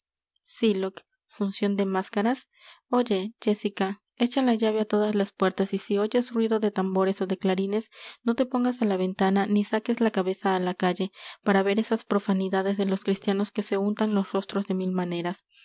sylock funcion de máscaras oye jéssica echa la llave á todas las puertas y si oyes ruido de tambores ó de clarines no te pongas á la ventana ni saques la cabeza á la calle para ver esas profanidades de los cristianos que se untan los rostros de mil maneras